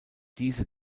diese